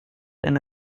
eine